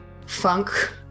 funk